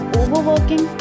overworking